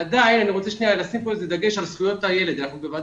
עדיין, אני רוצה לשים פה את הדגש על זכויות הילד,